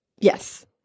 Yes